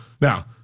Now